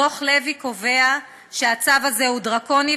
דוח לוי קובע שהצו הזה הוא דרקוני,